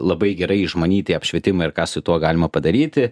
labai gerai išmanyti apšvietimą ir ką su tuo galima padaryti